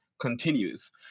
continues